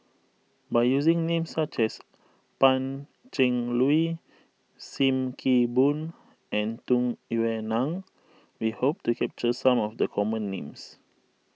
by using names such as Pan Cheng Lui Sim Kee Boon and Tung Yue Nang we hope to capture some of the common names